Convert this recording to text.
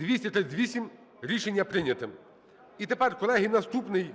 За-238 Рішення прийняте. І тепер, колеги, наступний